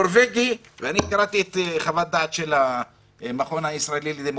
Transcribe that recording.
קראתי את חוות-הדעת של המכון הישראלי לדמוקרטיה,